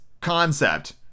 concept